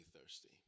thirsty